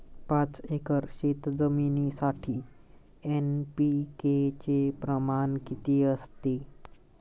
पाच एकर शेतजमिनीसाठी एन.पी.के चे प्रमाण किती असते?